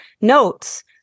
notes